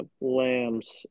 lambs